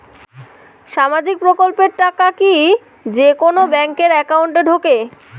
সামাজিক প্রকল্পের টাকা কি যে কুনো ব্যাংক একাউন্টে ঢুকে?